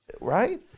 right